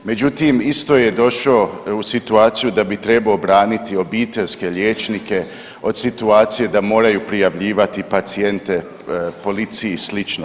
Međutim, isto je došao u situaciju da bi trebao obraniti obiteljske liječnike od situacije da moraju prijavljivati pacijente policiji i slično.